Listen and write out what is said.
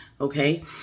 okay